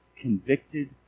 convicted